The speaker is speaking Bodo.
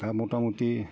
दा मथा मथि